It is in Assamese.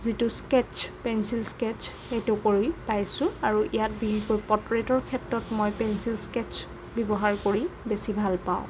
যিটো স্কেটছ পেঞ্চিল স্কেটছ সেইটো কৰি পাইছোঁ আৰু ইয়াত বিশেষকৈ পৰ্ট্ৰেইটৰ ক্ষেত্ৰত মই পেঞ্চিল স্কেটছ ব্যৱহাৰ কৰি বেছি ভাল পাওঁ